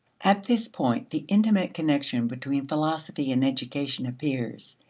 at this point, the intimate connection between philosophy and education appears.